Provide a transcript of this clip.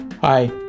Hi